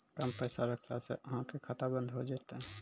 कम पैसा रखला से अहाँ के खाता बंद हो जैतै?